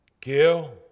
kill